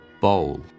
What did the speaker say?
bowl